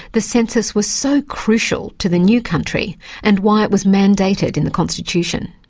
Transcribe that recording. the census was so crucial to the new country and why it was mandated in the constitution.